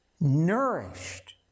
nourished